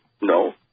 No